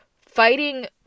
fighting